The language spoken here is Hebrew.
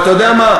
ואתה יודע מה,